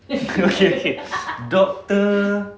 okay okay doctor